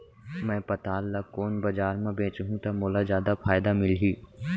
मैं पताल ल कोन बजार म बेचहुँ त मोला जादा फायदा मिलही?